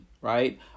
right